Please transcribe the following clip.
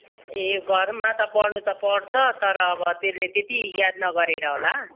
ए घरमा त पढ्नु त पढ्छ तर अब त्यसले त्यति याद नगरेर होला